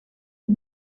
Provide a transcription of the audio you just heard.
une